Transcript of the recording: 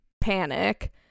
panic